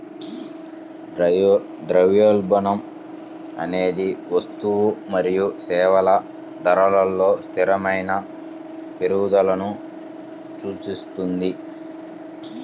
ద్రవ్యోల్బణం అనేది వస్తువులు మరియు సేవల ధరలలో స్థిరమైన పెరుగుదలను సూచిస్తుంది